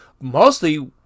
Mostly